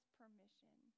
permission